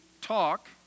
talk